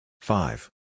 five